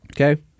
Okay